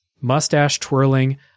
mustache-twirling